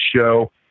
show